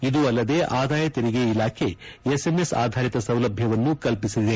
ಇದು ಅಲ್ಲದೆ ಆದಾಯ ತೆರಿಗೆ ಇಲಾಖೆ ಎಸ್ಎಂಎಸ್ ಆಧಾರಿತ ಸೌಲಭ್ಯವನ್ನು ಕಲ್ಪಿಸಲಿದೆ